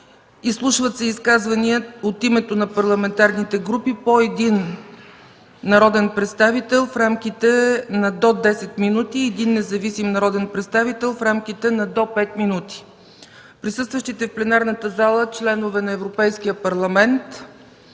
Изслушват се изказвания от името на парламентарните групи – по един народен представител в рамките до десет минути, и един независим представител в рамките на до пет минути. Присъстващите в пленарната зала членове на Европейския парламент